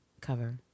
cover